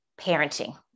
parenting